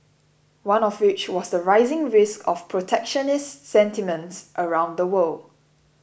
one of which was the rising risk of protectionist sentiments around the world